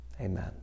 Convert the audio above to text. Amen